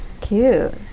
cute